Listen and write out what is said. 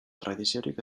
tradiziorik